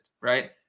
Right